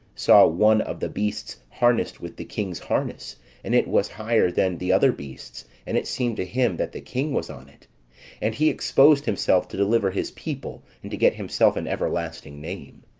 saw one of the beasts harnessed with the king's harness and it was higher than the other beasts and it seemed to him that the king was on it and he exposed himself to deliver his people, and to get himself an everlasting name.